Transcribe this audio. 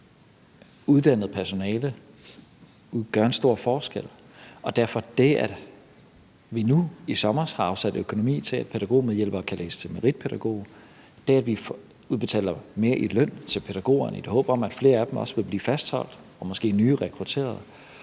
uddannet personale gør en stor forskel. Derfor vil det, at vi nu i sommer har afsat økonomi til, at pædagogmedhjælpere kan læse til meritpædagoger, det, at vi udbetaler mere i løn til pædagogerne, i håb om at flere af dem også vil blive fastholdt og nye måske bliver rekrutteret,